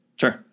Sure